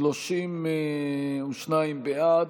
32 בעד,